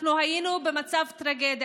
אנחנו היינו במצב טרגי.